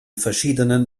verschiedenen